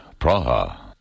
Praha